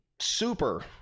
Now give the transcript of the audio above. super